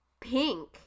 pink